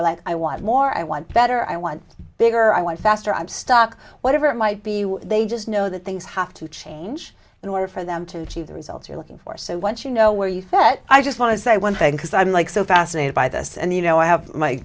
are like i want more i want better i want bigger i want faster i'm stuck whatever it might be they just know that things have to change in order for them to achieve the results you're looking for so once you know where you fit i just want to say one thing because i'm like so fascinated by this and you know i have my